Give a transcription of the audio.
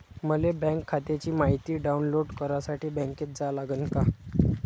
मले बँक खात्याची मायती डाऊनलोड करासाठी बँकेत जा लागन का?